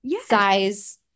size